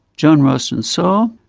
john ralston saul,